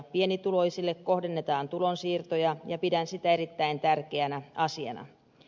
pienituloisille kohdennetaan tulonsiirtoja ja pidän sitä erittäin tärkeänä asiana